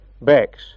backs